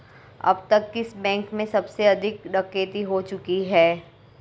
अब तक किस बैंक में सबसे अधिक डकैती हो चुकी है?